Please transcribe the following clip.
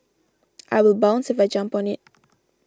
I will bounce if I jump on it